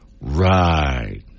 Right